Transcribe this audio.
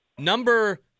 Number